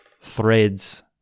threads